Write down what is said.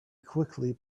quickly